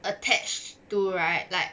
attached to right like